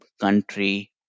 country